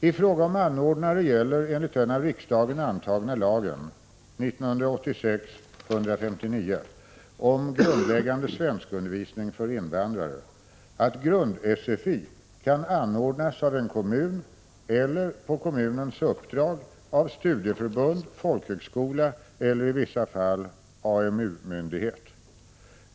I fråga om anordnare gäller enligt den av riksdagen antagna lagen om grundläggande svenskundervisning för invandrare att grundsfi kan anordnas av en kommun eller, på kommunens uppdrag, av studieförbund, folkhögskola eller, i vissa fall, AMU-myndighet.